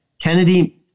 Kennedy